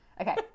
Okay